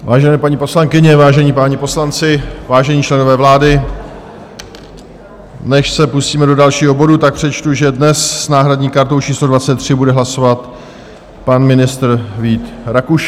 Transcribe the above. Vážené paní poslankyně, vážení páni poslanci, vážení členové vlády, než se pustíme do dalšího bodu, tak přečtu, že dnes s náhradní kartou číslo 23 bude hlasovat pan ministr Vít Rakušan.